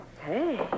Hey